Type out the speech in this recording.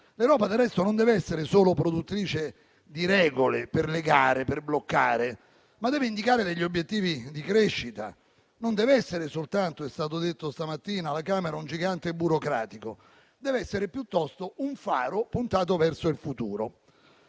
L'Europa, del resto, non dev'essere solo produttrice di regole per legare e per bloccare, ma deve indicare obiettivi di crescita; non dev'essere soltanto, com'è stato detto stamattina alla Camera, un gigante burocratico; dev'essere piuttosto un faro puntato verso il futuro.